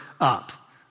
up